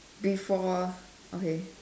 before okay